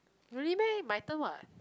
really meh my turn what